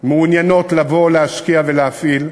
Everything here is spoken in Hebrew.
מעוניינות לבוא, להשקיע ולהפעיל.